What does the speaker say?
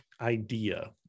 idea